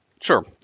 Sure